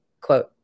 Quote